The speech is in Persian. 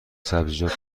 سبزیجات